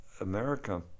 America